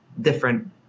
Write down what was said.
different